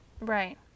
right